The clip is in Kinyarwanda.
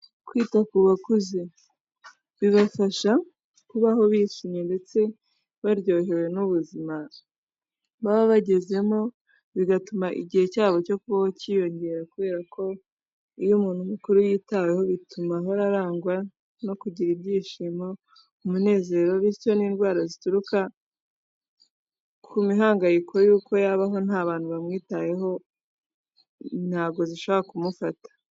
Kwita ku bakuze bibafasha kubaho bishimye ndetse baryohewe n'ubuzima baba bagezemo, bigatuma igihe cyabo cyo kubaho cyiyongera kubera ko iyo umuntu mukuru yitaweho bituma ahora arangwa no kugira ibyishimo, umunezero, bityo n'indwara zituruka ku mihangayiko y'uko yabaho nta bantu bamwitayeho ntabwo zishobora kumufata.